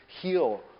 heal